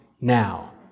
now